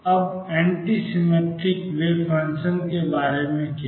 अब antisymmetric wave function के बारे में क्या